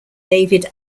david